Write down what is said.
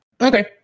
Okay